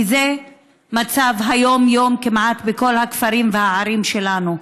כי זה מצב יומיומי כמעט בכל הכפרים והערים שלנו.